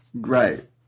great